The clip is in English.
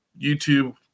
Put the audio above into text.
YouTube